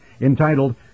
entitled